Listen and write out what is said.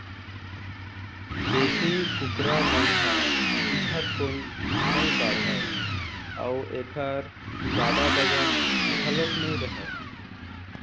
देशी कुकरा मन ह झटकुन नइ बाढ़य अउ एखर जादा बजन घलोक नइ रहय